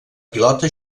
pilota